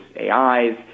AIs